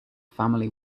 family